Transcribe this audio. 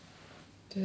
就是听他